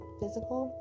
physical